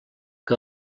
que